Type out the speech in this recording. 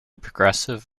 progressive